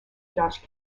josh